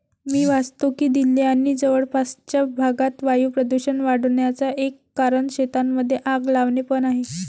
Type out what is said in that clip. मी वाचतो की दिल्ली आणि जवळपासच्या भागात वायू प्रदूषण वाढन्याचा एक कारण शेतांमध्ये आग लावणे पण आहे